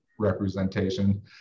representation